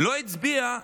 לא הצביעה